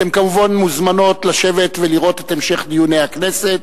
אתן כמובן מוזמנות לשבת ולראות את המשך דיוני הכנסת.